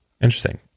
Interesting